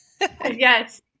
Yes